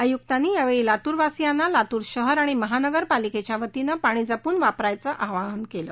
आयुक्तांनी यावेळी लातूरवासियांना लातूर शहर महानगर पालिकेच्या वतीने पाणी जपून वापरायचं असं आवाहन केलं